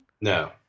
No